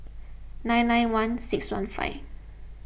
nine nine one six one five